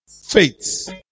Faith